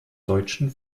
deutschen